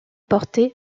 porté